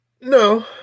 No